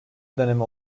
dönemi